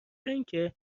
اینکه